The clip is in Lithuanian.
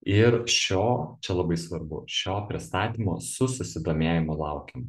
ir šio čia labai svarbu šio pristatymo su susidomėjimu laukiam